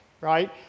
right